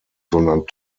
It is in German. sondern